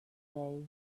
day